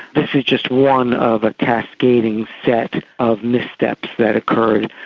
this is just one of a cascading set of missteps that occurred,